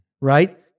right